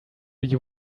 you